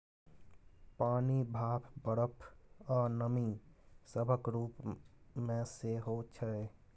पानि, भाप, बरफ, आ नमी सभक रूप मे सेहो छै